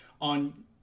on